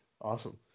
Awesome